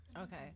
Okay